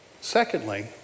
Secondly